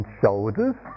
shoulders